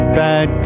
bad